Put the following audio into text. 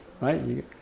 right